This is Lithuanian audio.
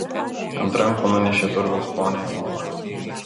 ant rankų nunešė turgaus ponią į lovą